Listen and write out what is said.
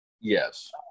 yes